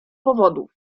powodów